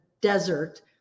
desert